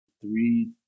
Three